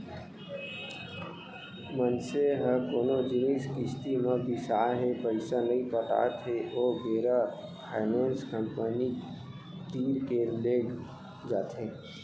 मनसे ह कोनो जिनिस किस्ती म बिसाय हे पइसा नइ पटात हे ओ बेरा फायनेंस कंपनी तीर के लेग जाथे